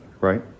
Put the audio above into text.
Right